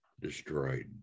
destroyed